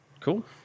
cool